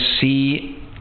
see